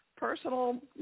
personal